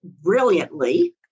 brilliantly